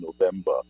November